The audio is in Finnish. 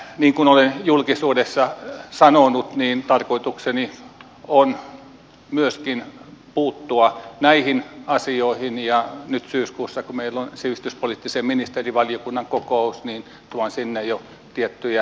niin kuin olen julkisuudessa sanonut tarkoitukseni on puuttua myöskin näihin asioihin ja nyt syyskuussa kun meillä on sivistyspoliittisen ministerivaliokunnan kokous tuon sinne jo tiettyjä näkemyksiäni siitä